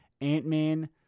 Ant-Man